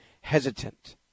hesitant